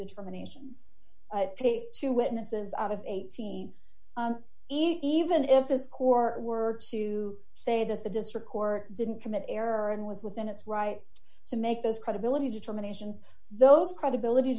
determinations two witnesses out of eighteen even if a score were to say that the district court didn't commit error and was within its rights to make those credibility determinations those credibility